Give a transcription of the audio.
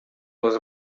was